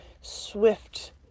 swift